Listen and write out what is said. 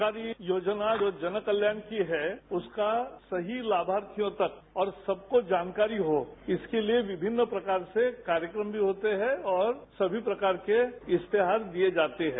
सरकारी योजना जो जन कल्याण की है उसका सही लाभाधियों तक और सबको जानकारी हो इसके लिए विभिन्न प्रकार से कार्यक्रम भी होते हैं और सभी प्रकार के इश्तहार दिए जाते हैं